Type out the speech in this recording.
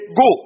go